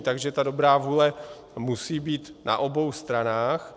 Takže ta dobrá vůle musí být na obou stranách.